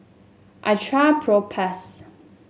I trust Propass